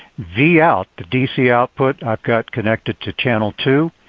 v out, the dc output, i've got connected to channel two.